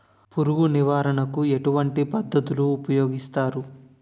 పురుగు నివారణ కు ఎటువంటి పద్ధతులు ఊపయోగిస్తారు?